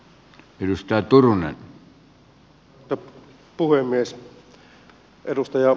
arvoisa puhemies